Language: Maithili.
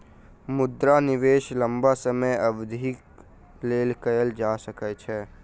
मुद्रा निवेश लम्बा समय अवधिक लेल कएल जा सकै छै